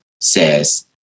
says